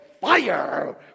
fire